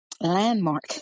landmark